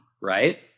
right